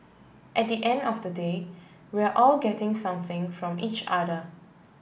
at the end of the day we're all getting something from each other